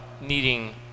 needing